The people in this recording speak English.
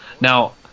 Now